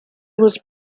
was